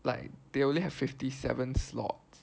like they only have fifty seven slots